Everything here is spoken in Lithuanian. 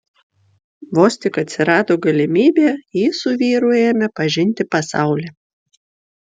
vos tik atsirado galimybė ji su vyru ėmė pažinti pasaulį